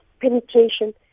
penetration